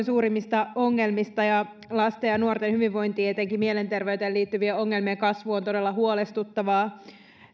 suurimmista ongelmista ja lasten ja nuorten hyvinvointi etenkin mielenterveyteen liittyvien ongelmien kasvu on todella huolestuttavaa